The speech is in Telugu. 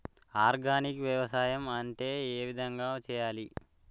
ఆర్గానిక్ వ్యవసాయం ఏ విధంగా చేయాలి?